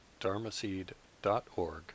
dharmaseed.org